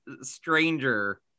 stranger